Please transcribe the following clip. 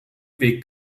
weg